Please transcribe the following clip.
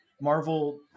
Marvel